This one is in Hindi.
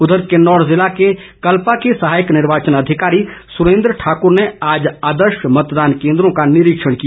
उधर किन्नौर जिले में कल्पा के सहायक निर्वाचन अधिकारी सुरेन्द्र ठाक्र ने आज आदर्श मतदान केन्द्रों का निरीक्षण किया